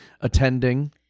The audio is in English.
Attending